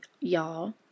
y'all